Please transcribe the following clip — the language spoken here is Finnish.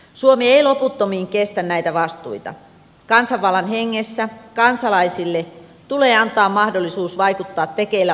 suomi ei loputtomiin kestä näitä vastuita kansanvallan hengessä kansalaisille tulee antaa mahdollisuus vaikuttaa tekeillä